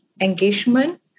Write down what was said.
engagement